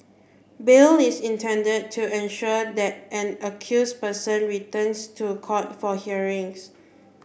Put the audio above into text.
bail is intended to ensure that an accused person returns to court for hearings